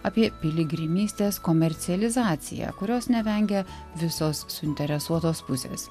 apie piligrimystės komercializaciją kurios nevengia visos suinteresuotos pusės